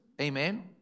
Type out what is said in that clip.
amen